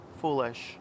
foolish